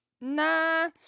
nah